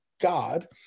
God